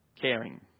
Caring